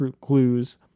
Clues